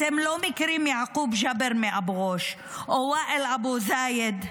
אתם לא מכירים את יעקוב גבר מאבו גוש או ואיל אבו זייד,